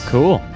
Cool